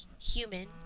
human